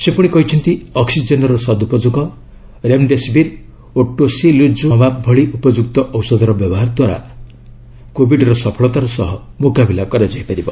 ସେ ପୁଣି କହିଛନ୍ତି ଅକ୍ସିଜେନ୍ର ସଦୁପୋଯୋଗ ରେମ୍ଡେସିବିର୍ ଓ ଟୋସିଲିଜୁମାବ ଭଳି ଉପଯୁକ୍ତ ଔଷଧର ବ୍ୟବହାର ଦ୍ୱାରା କୋବିଡ୍ର ସଫଳତାର ସହ ମୁକାବିଲା କରାଯାଇ ପାରିବ